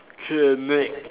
clinic